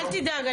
אל תדאג,